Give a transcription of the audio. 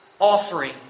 offering